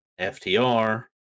ftr